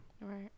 Right